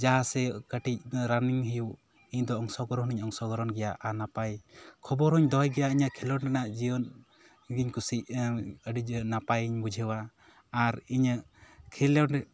ᱡᱟᱦᱟᱸ ᱥᱮᱫ ᱠᱟᱹᱴᱤᱡ ᱨᱟᱱᱤᱝ ᱦᱩᱭᱩᱜ ᱤᱧ ᱫᱚ ᱚᱝᱥᱚᱜᱨᱚᱦᱚᱱ ᱦᱚᱸᱧ ᱚᱥᱚᱝᱜᱨᱚᱦᱚᱱ ᱜᱮᱭᱟ ᱟᱨ ᱱᱟᱯᱟᱭ ᱠᱷᱳᱵᱚᱨ ᱦᱚᱸᱧ ᱫᱚᱦᱚᱭ ᱜᱮᱭᱟ ᱤᱧᱟᱹᱜ ᱠᱷᱮᱞᱳᱰ ᱨᱮᱱᱟᱜ ᱡᱤᱭᱚᱱ ᱤᱧ ᱫᱩᱧ ᱠᱩᱥᱤᱜ ᱟᱹᱰᱤ ᱱᱟᱯᱟᱭ ᱤᱧ ᱵᱩᱡᱷᱟᱹᱣᱟ ᱟᱨ ᱤᱧᱟᱹᱜ ᱠᱷᱮᱞᱳᱰ